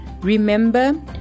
remember